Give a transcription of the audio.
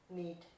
need